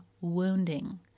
wounding